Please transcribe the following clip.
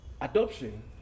adoption